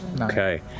Okay